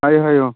ꯍꯥꯏꯎ ꯍꯥꯏꯎ